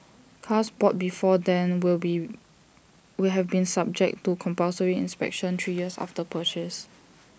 cars bought before then will be will have been subject to compulsory inspections three years after purchase